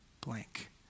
blank